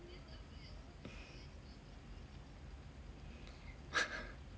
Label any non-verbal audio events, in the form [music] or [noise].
[laughs]